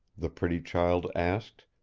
the pretty child asked,